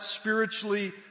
spiritually